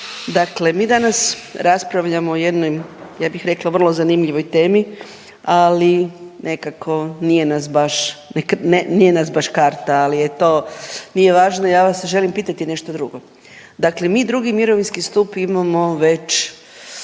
dakle mi danas raspravljamo o jednoj ja bih rekla vrlo zanimljivoj temi, ali nekako nije nas baš, nije nas baš karta ali je to nije važno, ja vas sad želim pitati nešto drugo. Dakle, mi II. mirovinski stup imamo već